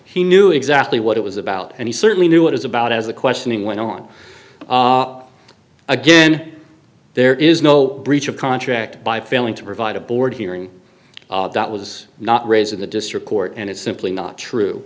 he knew exactly what it was about and he certainly knew what is about as the questioning went on again there is no breach of contract by failing to provide a board hearing that was not raised in the district court and it's simply not true